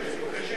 מתקשה.